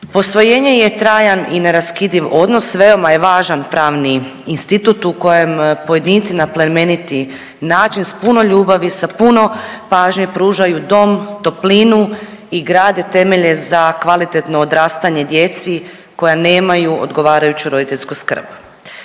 Posvojenje je trajan i neraskidiv odnos, veoma je važan pravni institut u kojem pojedinci na plemeniti način sa puno ljubavi, sa puno pažnje pružaju dom, toplinu i grade temelje za kvalitetno odrastanje djeci koja nemaju odgovarajuću roditeljsku skrb.